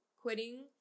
quitting